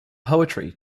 poetry